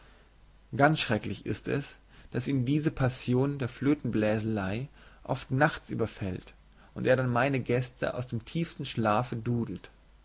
ganz erschrecklich ist es daß ihn diese passion der flötenbläserei oft nachts überfällt und er dann meine gäste aus dem tiefsten schlafe dudelt